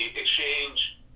exchange